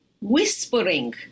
whispering